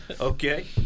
Okay